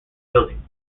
building